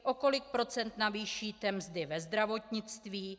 O kolik procent navýšíte mzdy ve zdravotnictví?